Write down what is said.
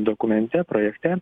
dokumente projekte